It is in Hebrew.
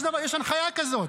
יש הנחיה כזאת.